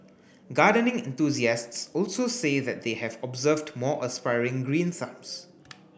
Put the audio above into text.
gardening enthusiasts also say that they have observed more aspiring green thumbs